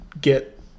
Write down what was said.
Get